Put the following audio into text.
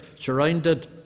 surrounded